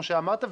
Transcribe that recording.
כמו שאמרת,